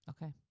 Okay